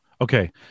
Okay